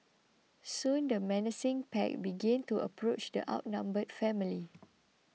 soon the menacing pack began to approach the outnumbered family